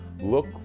Look